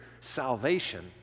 salvation